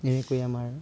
এনেকৈ আমাৰ